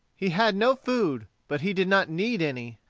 he had no food but he did not need any,